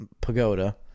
Pagoda